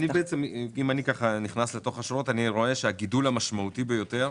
אם אני נכנס לשורות אני רואה שהגידול המשמעותי ביותר,